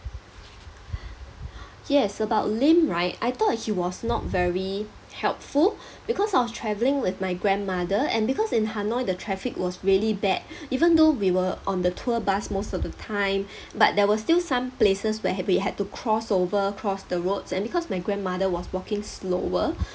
yes about lim right I thought he was not very helpful because I was travelling with my grandmother and because in hanoi the traffic was really bad even though we were on the tour bus most of the time but there were still some places where we had to cross over cross the roads and because my grandmother was walking slower